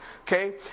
Okay